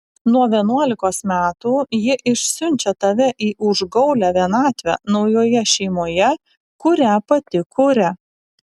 nuo vienuolikos metų ji išsiunčia tave į užgaulią vienatvę naujoje šeimoje kurią pati kuria